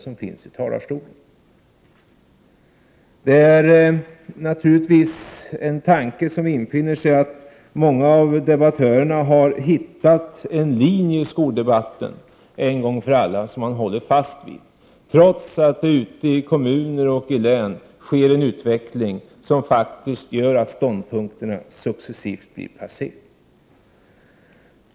En tanke som infinner sig är naturligtvis att många av debattörerna har hittat en linje i skoldebatten en gång för alla som de håller fast vid, trots att det ute i kommuner och län sker en utveckling som faktiskt gör att ståndpunkterna successivt blir passé.